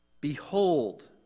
Behold